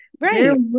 Right